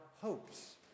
hopes